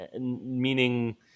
meaning